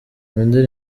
umva